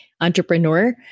entrepreneur